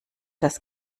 das